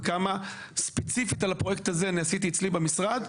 וכמה ספציפית על הפרויקט הזה אני עשיתי אצלי במשרד,